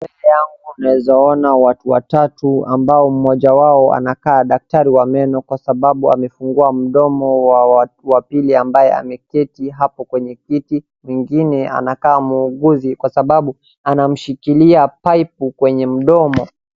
Mbele yangu naeza ona watu watatu ambao mmoja wao anakaa daktari wa meno kwa sababu amefungua mdomo wa wapili ambaye ameketi hapo kwenye kiti. Mwingine anakaa muuguzi kwa sababu anamshikilia pipe kwenye mdomo.